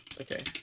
Okay